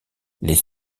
les